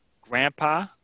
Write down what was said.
grandpa